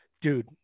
Dude